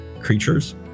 creatures